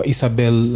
Isabel